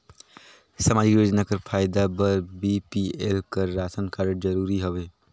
समाजिक योजना कर फायदा बर बी.पी.एल कर राशन कारड जरूरी हवे?